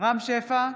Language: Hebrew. רם שפע,